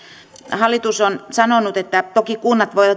hallitus on sanonut että toki kunnat voivat